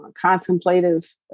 contemplative